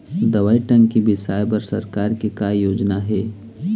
दवई टंकी बिसाए बर सरकार के का योजना हे?